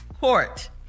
Court